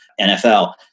NFL